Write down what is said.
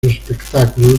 espectáculos